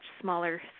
smaller